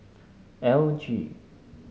L G